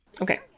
Okay